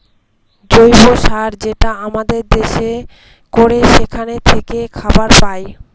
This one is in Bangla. জৈব চাষ যেটা আমাদের দেশে করে সেখান থাকে খাবার পায়